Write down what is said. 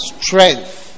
strength